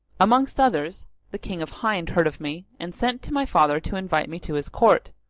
amongst others the king of hind heard of me and sent to my father to invite me to his court,